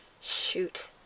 Shoot